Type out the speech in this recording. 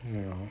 no